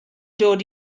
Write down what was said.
dod